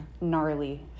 gnarly